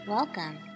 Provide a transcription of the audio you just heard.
Welcome